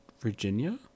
Virginia